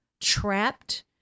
trapped